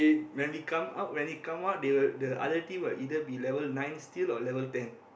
when we come out when it come out they will the other team will either be level nine still or level ten